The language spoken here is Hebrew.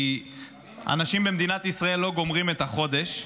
כי אנשים במדינת ישראל לא גומרים את החודש,